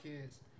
kids